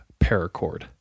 paracord